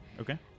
Okay